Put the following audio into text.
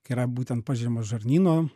kai yra būtent pažeima žarnyno